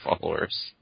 followers